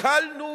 הקלנו